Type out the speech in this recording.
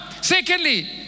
Secondly